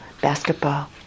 basketball